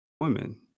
women